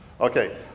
Okay